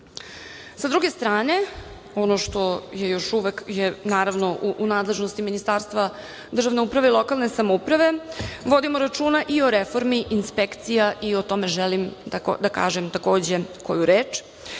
druge strane, ono što je još uvek u nadležnosti Ministarstva državne uprave i lokalne samouprave, vodimo računa i o reformi inspekcija i o tome želim da kažem takođe koju reč.